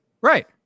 Right